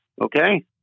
Okay